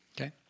Okay